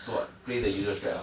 so what play the usual strat ah